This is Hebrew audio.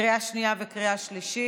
מוועדת העלייה,